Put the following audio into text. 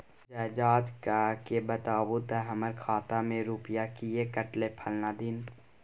ज जॉंच कअ के बताबू त हमर खाता से रुपिया किये कटले फलना दिन?